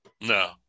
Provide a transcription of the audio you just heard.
No